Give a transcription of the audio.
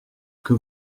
que